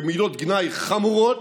במילות גנאי חמורות,